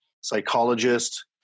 psychologist